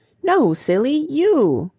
no, silly! you.